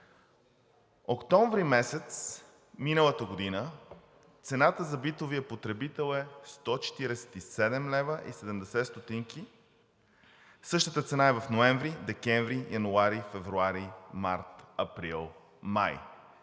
Октомври месец миналата година цената за битовия потребител е 147 лв. и 70 ст. Същата цена е в ноември, декември, януари, февруари, март, април, май.